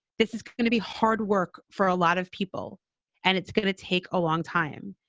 this is going to be hard work for a lot of people and it's going to take a long time.